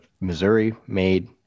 Missouri-made